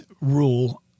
rule